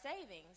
savings